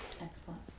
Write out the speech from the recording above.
Excellent